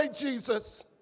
Jesus